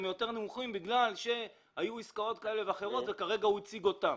יותר נמוכים בגלל שהיו עסקאות כאלה ואחרות וכרגע הוא הציג אותן.